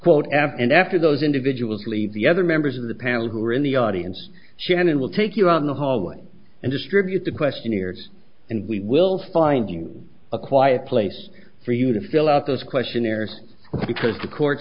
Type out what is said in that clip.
quote after and after those individuals leave the other members of the panel who are in the audience shannon will take you around the hallway and distribute the questionnaires and we will find you a quiet place for you to fill out those questionnaires because the court